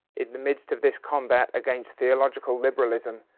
in the midst of this combat against theological liberalism,